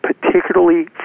particularly